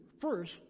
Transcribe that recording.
first